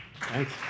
Thanks